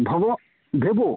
ভব ভেবো